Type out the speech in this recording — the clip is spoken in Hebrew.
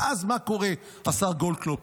ואז מה קורה, השר גולדקנופ?